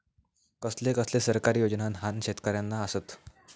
कसले कसले सरकारी योजना न्हान शेतकऱ्यांना आसत?